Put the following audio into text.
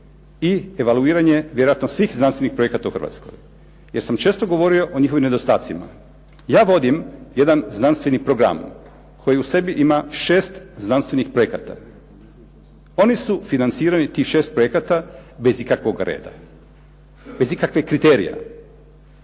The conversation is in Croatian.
i evaluiranje vjerojatno svih znanstvenih projekata u Hrvatskoj. Ja sam često govorio o njihovim nedostacima. Ja vodim jedan znanstveni program koji u sebi ima šest znanstvenih projekata. Oni su financirani, tih šest projekata, bez ikakvog reda, bez ikakvih kriterija.